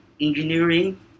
engineering